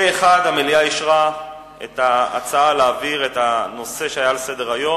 פה-אחד המליאה אישרה את ההצעה להעביר את הנושא שהיה על סדר-היום